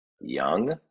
young